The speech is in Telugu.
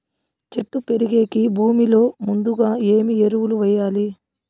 చెట్టు పెరిగేకి భూమిలో ముందుగా ఏమి ఎరువులు వేయాలి?